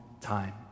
time